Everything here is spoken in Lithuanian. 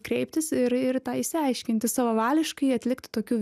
kreiptis ir ir tą išsiaiškinti savavališkai atlikti tokių